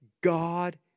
God